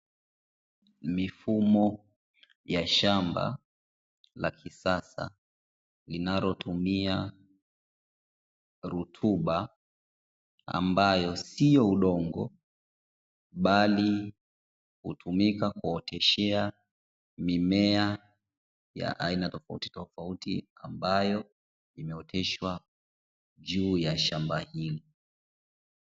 Mifumo ya shamba la kisasa linalotumia rutuba ambayo siyo udongo, bali hutumika kuoteshea mimea ya aina tofautitofauti ambayo imeoteshwa juu ya shamba hili.